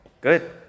Good